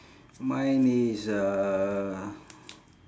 mine is uh